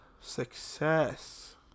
Success